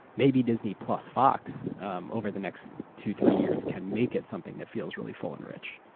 maybe disney plus fox um over the next two three years can make it something that feels really full and rich.